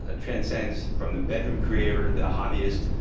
ah transcends from the bedroom creator, to the hobbyist,